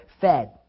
fed